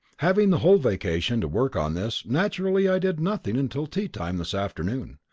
having the whole vacation to work on this, naturally i did nothing until tea time this afternoon.